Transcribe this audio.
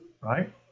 right